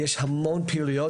ויש המון פעילות,